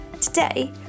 Today